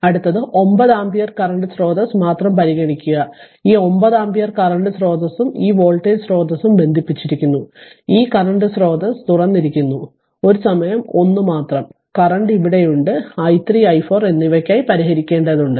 അടുത്തത് 9 ampere current സ്രോതസ്സ് മാത്രം പരിഗണിക്കുക ഈ 9 ആമ്പിയർ കറന്റ് സ്രോതസ്സും ഈ വോൾട്ടേജ് സ്രോതസ്സും ബന്ധിപ്പിച്ചിരിക്കുന്നു ഈ കറന്റ് സ്രോതസ്സ് തുറന്നിരിക്കുന്നു ഒരു സമയം ഒന്ന് മാത്രം കറന്റ് ഇവിടെയുണ്ട് i3 i4 എന്നിവയ്ക്കായി പരിഹരിക്കേണ്ടതുണ്ട്